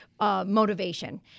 Motivation